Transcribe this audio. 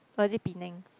or is it Penang